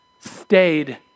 stayed